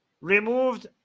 removed